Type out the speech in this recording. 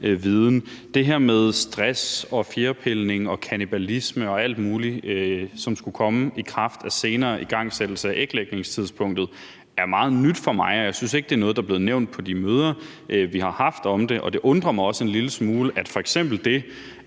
Det her med stress, fjerpilning, kannibalisme og alt muligt, som skulle komme i kraft af senere igangsættelse af æglægningstidspunktet, er meget nyt for mig, og jeg synes ikke, det er noget, der er blevet nævnt på de møder, vi har haft om det. Det undrer mig også en lille smule, at f.eks. det,